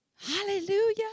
Hallelujah